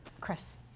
Chris